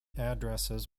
addresses